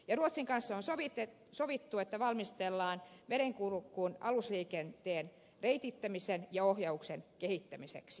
ruotsin kanssa on sovittu että valmistellaan merenkurkun alusliikenteen reitittämisen ja ohjauksen kehittämiseksi suunnitelma